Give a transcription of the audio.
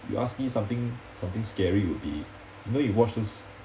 you ask me something something scary would be you know you watch those